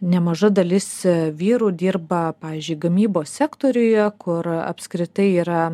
nemaža dalis vyrų dirba pavyzdžiui gamybos sektoriuje kur apskritai yra